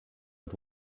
hat